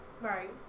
Right